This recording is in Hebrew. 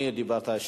תודה רבה, אדוני.